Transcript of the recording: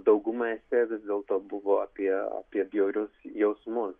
dauguma esė vis dėlto buvo apie apie bjaurius jausmus